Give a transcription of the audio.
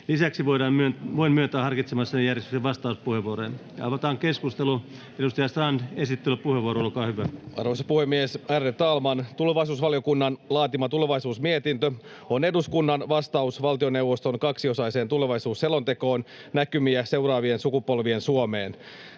Lisäksi voin myöntää harkitsemassani järjestyksessä vastauspuheenvuoroja. Avataan keskustelu. — Edustaja Strand, esittelypuheenvuoro, olkaa hyvä. Arvoisa puhemies, ärade talman! Tulevaisuusvaliokunnan laatima tulevaisuusmietintö on eduskunnan vastaus valtioneuvoston kaksiosaiseen tulevaisuusselontekoon Näkymiä seuraavien sukupolvien Suomeen.